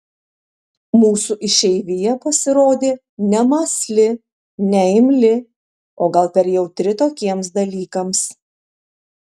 mūsų išeivija pasirodė nemąsli neimli o gal per jautri tokiems dalykams